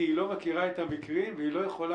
כי היא לא מכירה את המקרים והיא לא יכולה